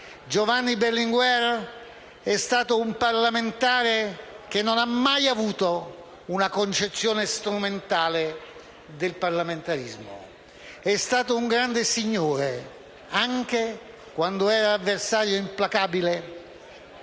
Giovanni Berlinguer è stato un parlamentare che non ha mai avuto una concezione strumentale del parlamentarismo. È stato un grande signore, anche quando era avversario implacabile